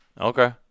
Okay